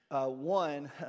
One